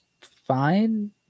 fine